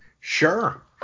Sure